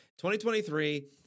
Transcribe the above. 2023